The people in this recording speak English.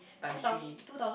times three